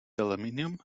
aluminium